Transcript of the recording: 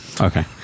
Okay